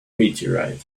meteorite